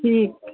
ठीक